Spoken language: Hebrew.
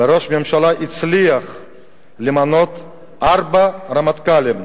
שראש הממשלה הצליח למנות ארבעה רמטכ"לים: